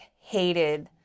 hated